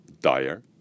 dire